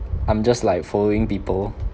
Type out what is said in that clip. I'm just like following people